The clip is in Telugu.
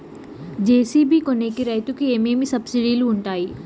జె.సి.బి కొనేకి రైతుకు ఏమేమి సబ్సిడి లు వుంటాయి?